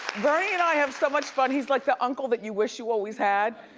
bernie and i have so much fun. he's like the uncle that you wish you always had.